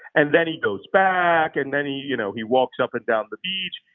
and then he goes back and then he you know he walks up and down the beach.